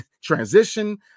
transition